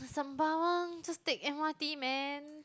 Sembawang just take m_r_t man